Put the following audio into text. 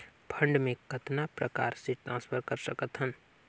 Fund मे कतना प्रकार से ट्रांसफर कर सकत हन?